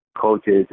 coaches